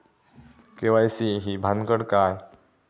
KYC ही भानगड काय?